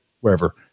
wherever